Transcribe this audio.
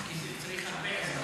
כי צריך הרבה עזרה שם.